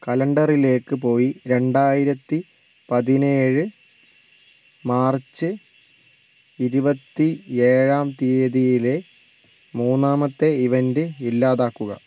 കലണ്ടറിലേക്ക് പോയി രണ്ടായിരത്തി പതിനേഴ് മാർച്ച് ഇരുപത്തി ഏഴാം തീയതിയിലെ മൂന്നാമത്തെ ഇവൻ്റ് ഇല്ലാതാക്കുക